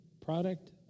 product